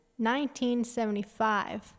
1975